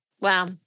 Wow